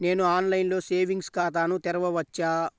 నేను ఆన్లైన్లో సేవింగ్స్ ఖాతాను తెరవవచ్చా?